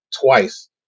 twice